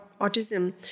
autism